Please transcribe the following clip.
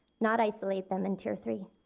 not isolate them in tier three.